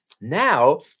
Now